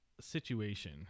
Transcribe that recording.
situation